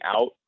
out